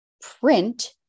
print